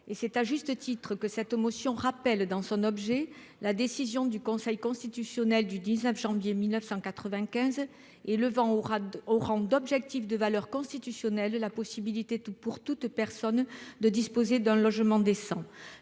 et c'est à juste titre que cette motion rappelle dans son objet. La décision du Conseil constitutionnel du 19 janvier 1995 et le vent aura d'Oran d'objectif de valeur constitutionnelle la possibilité tout pour toute personne de disposer d'un logement décent.